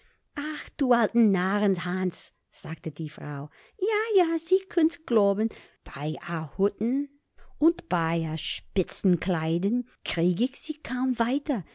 ach du alter narrenhans sagte die frau ja ja sie könn's globen bei a hüten und bei a spitzenkleidern krieg ich sie kaum weiter